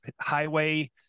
Highway